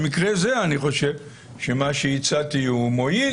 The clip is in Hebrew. במקרה זה אני חושב שמה שהצעתי הוא מועיל,